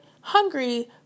Hungry